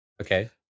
Okay